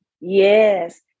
yes